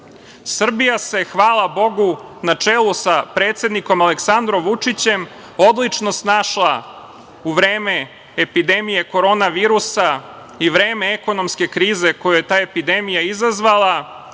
odnosi. Srbija se, hvala Bogu, na čelu sa predsednikom Aleksandrom Vučićem odlično snašla u vreme epidemije korona virusa i vreme ekonomske krize koju je ta epidemija izazvala